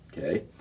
Okay